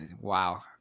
Wow